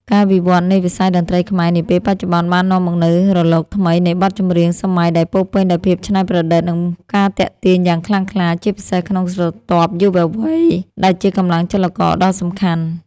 ការវិវត្តនៃវិស័យតន្ត្រីខ្មែរនាពេលបច្ចុប្បន្ន បាននាំមកនូវរលកថ្មីនៃបទចម្រៀងសម័យដែលពោរពេញដោយភាពច្នៃប្រឌិត និងការទាក់ទាញយ៉ាងខ្លាំងក្លា ជាពិសេសក្នុងស្រទាប់យុវវ័យដែលជាកម្លាំងចលករដ៏សំខាន់។